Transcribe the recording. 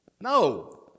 No